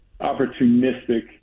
opportunistic